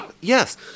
Yes